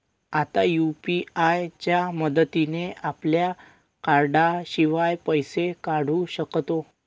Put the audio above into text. आता यु.पी.आय च्या मदतीने आपल्या कार्डाशिवाय पैसे काढू शकतो